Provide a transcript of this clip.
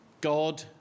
God